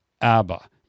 Abba